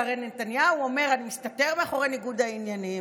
שהרי נתניהו אומר: אני מסתתר מאחורי ניגוד העניינים,